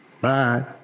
Bye